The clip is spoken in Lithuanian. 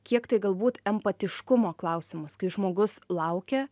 kiek tai galbūt empatiškumo klausimas kai žmogus laukia